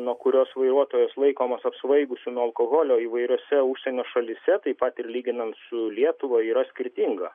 nuo kurios vairuotojas laikomas apsvaigusiu nuo alkoholio įvairiose užsienio šalyse taip pat ir lyginant su lietuva yra skirtinga